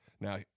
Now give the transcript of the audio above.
Now